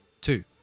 two